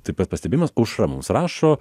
taip pat pastebėjimas aušra mums rašo